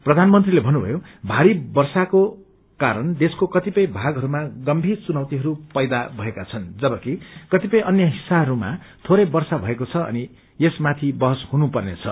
प्रधानमन्त्रीले भन्नुभयो भारी वष्पको कारण देशको कतिपय भागहरुमा गम्भीर चुनौतिहरू पैदा भएका छन् जबकि क्रतिपय अन्य हिस्साहरूमा धोरै वर्षा भएको छ अनि यसमाथि बहस हुनुपर्नेछ